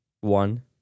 One